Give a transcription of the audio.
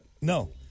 No